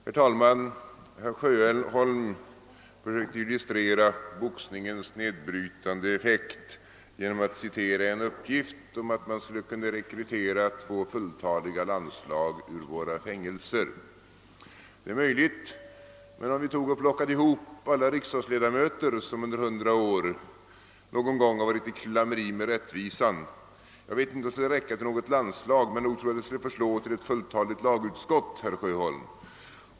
Herr talman! Herr Sjöholm har försökt illustrera boxningens nedbrytande effekt genom att citera en uppgift om att man skulle kunna rekrytera två fulltaliga landslag ur våra fängelser. Det är möjligt. Men om vi kunde plocka ihop alla riksdagsledamöter som under hundra år någon gång varit i klammeri med rättvisan — jag vet inte om det skulle räcka till ett landslag — tror jag att de i alla fall skulle förslå till ett fulltaligt lagutskott, herr Sjöholm.